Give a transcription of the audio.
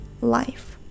life